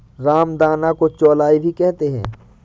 रामदाना को चौलाई भी कहते हैं